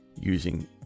using